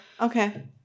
Okay